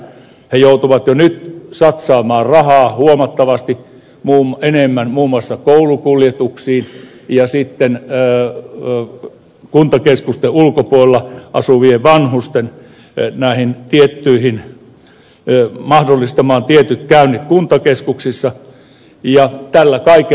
ne joutuvat jo nyt satsaamaan rahaa huomattavasti enemmän muun muassa koulukuljetuksiin ja sitten kuntakeskusten ulkopuolella asuvien vanhusten ei näihin tietoihin asuville vanhuksille mahdollistamaan tietyt käynnit kuntakeskuksissa ja tällä kaikella on rajansa